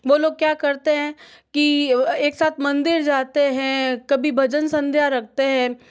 वो लोग क्या करते हैं कि एक साथ मंदिर जाते हैं कभी भजन संध्या रखते हैं